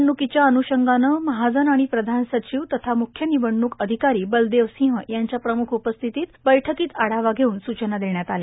निवडण्कीच्या अन्षंगानं महाजन आणि प्रधान सचिव तथा म्ख्य निवडणूक अधिकारी बलदेव सिंह यांच्या प्रम्ख उपस्थितीत बैठकीत आढावा घेऊन सूचना देण्यात आल्या